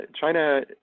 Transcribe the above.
China